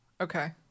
Okay